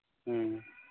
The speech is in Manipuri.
ꯎꯝ